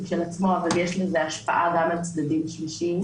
של עצמו אבל יש לזה השפעה גם על צדדים שלישיים,